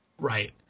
Right